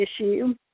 issue